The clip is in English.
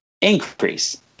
increase